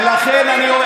ולכן אני,